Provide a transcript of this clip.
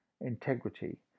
integrity